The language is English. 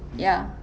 ya